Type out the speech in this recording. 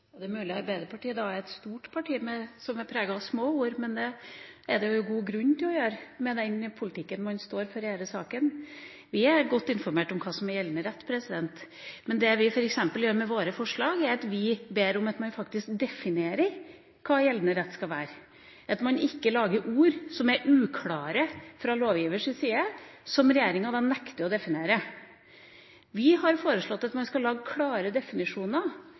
nytt? Det er mulig at Arbeiderpartiet da er et stort parti som er preget av små ord, men det er det jo god grunn til med den politikken man står for i denne saken. Vi er godt informert om hva som er gjeldende rett, men det vi f.eks. gjør med våre forslag, er at vi ber om at man faktisk definerer hva gjeldende rett skal være, at man ikke lager ord som er uklare fra lovgivers side, som regjeringa nekter å definere. Vi har foreslått at man skal lage klare definisjoner